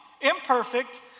Imperfect